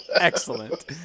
Excellent